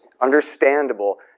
understandable